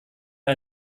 wir